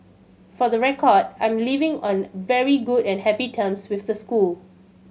for the record I'm leaving on very good and happy terms with the school